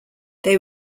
they